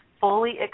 fully